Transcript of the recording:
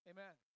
Amen